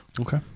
Okay